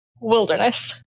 wilderness